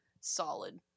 solid